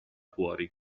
fuori